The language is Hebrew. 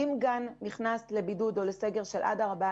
אם גן נכנס לסגר או לבידוד של עד 14